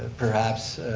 perhaps